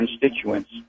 constituents